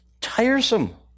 tiresome